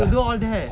do all that